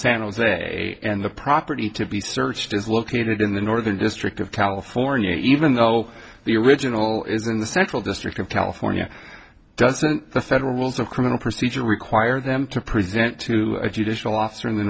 san jose and the to be searched is located in the northern district of california even though the original is in the central district of california doesn't the federal rules of criminal procedure require them to present to a judicial officer in the